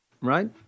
Right